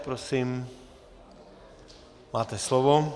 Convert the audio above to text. Prosím, máte slovo.